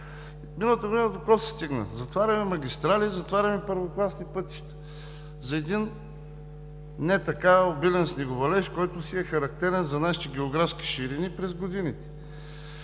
миналата година затваряхме магистрали, затваряхме първокласни пътища за един не така обилен снеговалеж, който си е характерен за нашите географски ширини през годините.